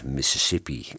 Mississippi